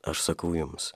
aš sakau jums